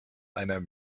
einer